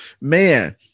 man